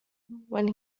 when